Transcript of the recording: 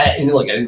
look